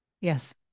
Yes